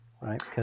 right